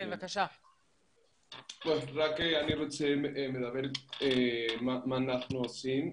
אני רק רוצה להגיד מה שאנחנו עושים.